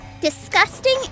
Disgusting